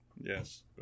Yes